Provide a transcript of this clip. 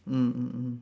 mm mm mm